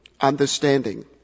understanding